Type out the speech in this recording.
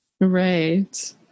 Right